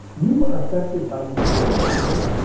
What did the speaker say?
you are affected by these fields every day.